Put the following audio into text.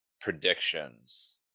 predictions